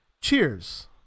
Cheers